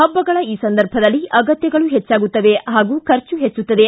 ಹಬ್ಬಗಳ ಈ ಸಂದರ್ಭದಲ್ಲಿ ಅಗತ್ತಗಳೂ ಹೆಚ್ಚಾಗುತ್ತವೆ ಹಾಗೂ ಖರ್ಚೂ ಹೆಚ್ಚುತ್ತದೆ